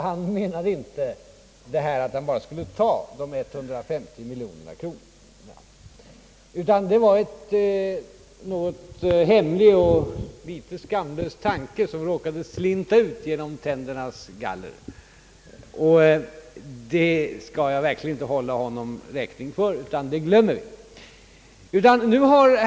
Han menade inte att man bara skulle ta de 150 miljonerna — det var en hemlig och litet skamlös tanke som råkade slinta ut mellan tändernas galler, och den skall jag inte hålla honom räkning för, utan den glömmer vi.